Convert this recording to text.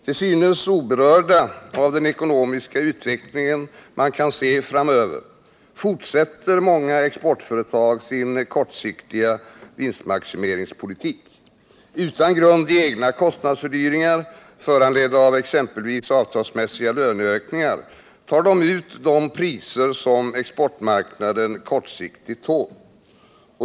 Till synes oberörda av den ekonomiska utveckling man kan se framöver, fortsätter många exportföretag sin kortsiktiga vinstmaximeringspolitik. Utan grund i egna kostnadsfördyringar, föranledda av exempelvis avtalsmässiga löneökningar, tar de ut de priser som exportmarknaden kortsiktigt tål.